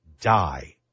die